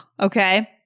okay